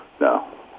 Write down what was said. no